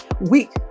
Week